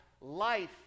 Life